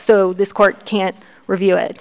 so this court can't review it